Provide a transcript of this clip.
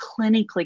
clinically